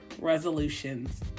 resolutions